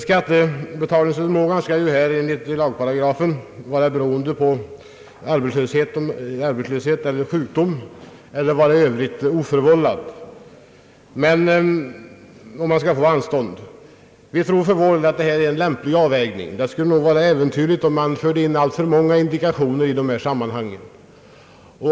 Skattebetalningsförmågan skall ju här enligt lagparagrafen vara nedsatt på grund av arbetslöshet eller sjukdom eller i övrigt oförvållad, om man skall få anstånd. Vi tror för vår del att det är en lämplig avvägning. Det skulle nog vara äventyrligt om man förde in alltför många indikationer i detta sammanhang.